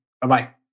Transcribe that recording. Bye-bye